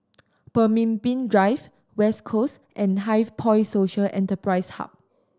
Pemimpin Drive West Coast and HighPoint Social Enterprise Hub